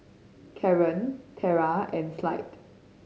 Kaaren Tierra and Clide